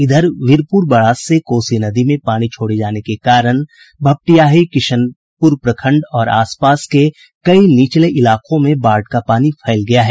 इधर वीरपुर बराज से कोसी नदी में पानी छोड़े जाने के बाद भपटियाही किशनपुर प्रखंड और आस पास के कई निचले इलाकों में बाढ़ का पानी फैल गया है